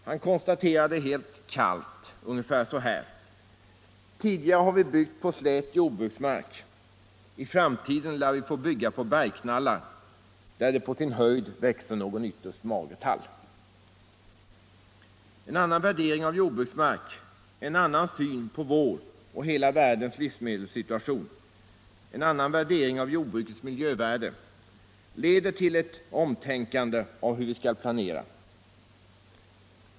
Han konstaterade helt klart ungefär så här: Tidigare har vi byggt på slät jordbruksmark, i framtiden lär vi få bygga på bergknallar där det på sin höjd växer någon ytterst mager tall. En annan värdering av jordbruksmark, en annan syn på vår och hela världens livsmedelssituation, en annan värdering av jordbrukets miljövärde leder till omtänkande när det gäller hur vi skall planera.